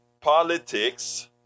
politics